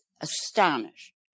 astonished